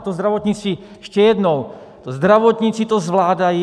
To zdravotnictví ještě jednou zdravotníci to zvládají.